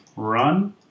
Run